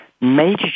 major